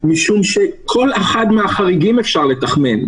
משום שכל אחד מהחריגים אפשר לתחמן.